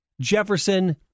Jefferson